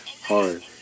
hard